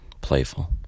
playful